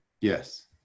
Yes